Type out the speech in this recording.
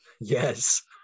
Yes